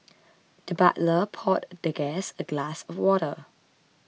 the butler poured the guest a glass of water